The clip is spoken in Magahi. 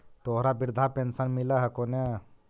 तोहरा वृद्धा पेंशन मिलहको ने?